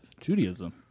Judaism